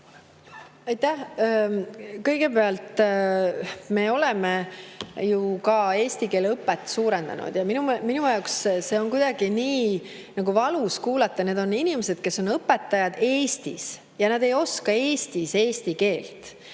teha? Kõigepealt, me oleme eesti keele õpet suurendanud. Minul on seda kuidagi nii valus kuulata. Need on inimesed, kes on õpetajad Eestis, ja nad ei oska Eestis eesti keelt.